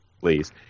please